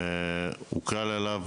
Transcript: הוקל עליו